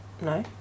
no